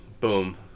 boom